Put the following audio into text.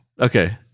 Okay